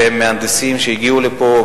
שהם מהנדסים שהגיעו לפה,